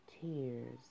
tears